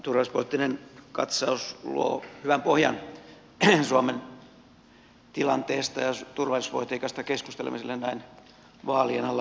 tämä turvallisuuspoliittinen katsaus luo hyvän pohjan suomen tilanteesta ja turvallisuuspolitiikasta keskustelemiselle myöskin näin vaalien alla